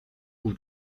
pół